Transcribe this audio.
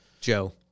Joe